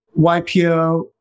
YPO